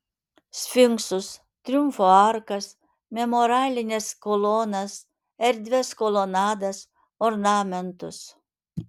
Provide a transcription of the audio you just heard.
sfinksus triumfo arkas memorialines kolonas erdvias kolonadas ornamentus